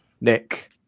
Nick